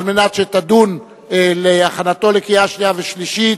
מנת שתדון בהכנתו לקריאה שנייה ושלישית.